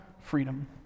freedom